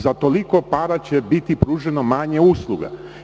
Za toliko para će biti pruženo manje usluga.